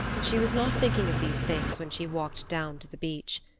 she was not thinking of these things when she walked down to the beach.